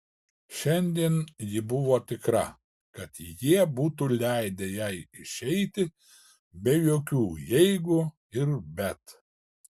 šiandien ji buvo tikra kad jie būtų leidę jai išeiti be jokių jeigu ir bet